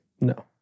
No